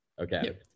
Okay